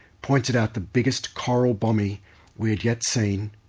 pointed out the biggest coral bommy we had yet seen,